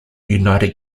united